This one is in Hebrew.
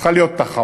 צריכה להיות תחרות.